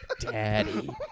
Daddy